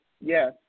Yes